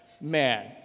man